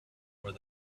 where